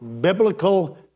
Biblical